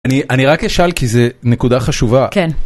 אני רק אשאל כי זה נקודה חשובה. כן.